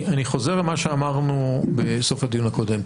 אני חוזר למה שאמרנו בסוף הדיון הקודם,